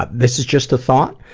ah this is just a thought.